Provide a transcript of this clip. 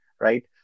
Right